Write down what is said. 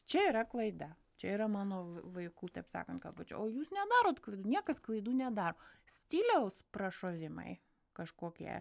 čia yra klaida čia yra mano v vaikų taip sakant kalbančių o jūs nedarot klaidų niekas klaidų nedaro stiliaus prašovimai kažkokie